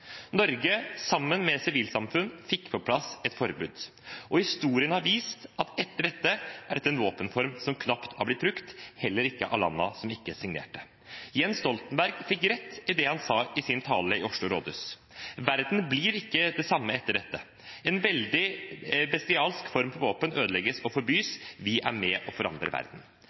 Norge sammen med sivilsamfunn fikk på plass et forbud. Historien har vist at etter dette er dette en våpenform som knapt har blitt brukt, heller ikke av landene som ikke signerte. Jens Stoltenberg fikk rett i det han sa i sin tale i Oslo rådhus: «Verden blir ikke den samme etter dette, en veldig bestialsk form for våpen ødelegges og forbys»